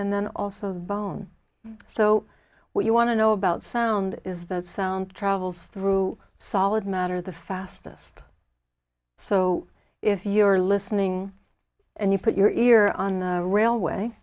and then also the bone so what you want to know about sound is that sound travels through solid matter the fastest so if you are listening and you put your ear on the railway